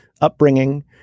upbringing